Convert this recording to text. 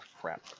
crap